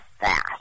fast